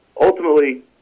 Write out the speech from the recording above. ultimately